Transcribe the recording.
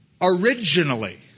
Originally